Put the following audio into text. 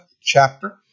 chapter